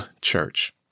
church